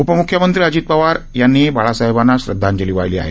उपम्ख्यमंत्री अजित पवार यांनीही बाळासाहेबांना श्रद्धांजली वाहिली आहे